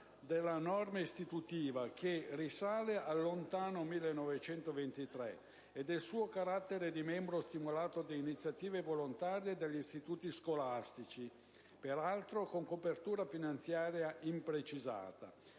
della norma istitutiva, che risale al lontano 1923, e del suo carattere di mero stimolo di iniziative volontarie degli istituti scolastici, peraltro con copertura finanziaria imprecisata.